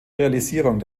realisierung